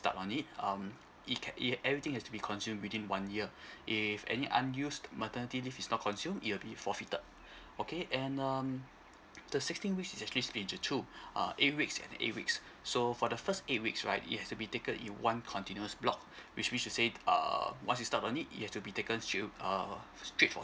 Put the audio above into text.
start on it um it c~ it everything has to be consumed within one year if any unused maternity leave is not consumed it will be forfeited okay and um the sixteen weeks is actually split into two uh eight weeks and eight weeks so for the first eight weeks right it has to be taken in one continuous block which means to say err once you start on it it has to be taken straight err straight for